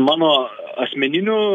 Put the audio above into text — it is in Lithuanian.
mano asmeniniu